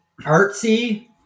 artsy